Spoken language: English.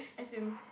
as in